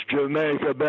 Jamaica